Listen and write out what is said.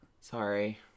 Sorry